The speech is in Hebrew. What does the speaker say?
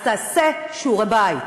אז תעשה שיעורי-בית,